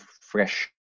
fresh